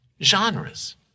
genres